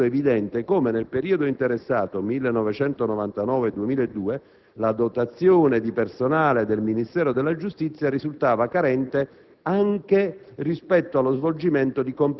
I rilievi che ho esposto rendono pertanto evidente come, nel periodo interessato (1999-2002), la dotazione di personale del Ministero delle giustizia risultava carente